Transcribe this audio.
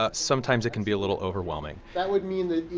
ah sometimes it can be a little overwhelming that would mean that each.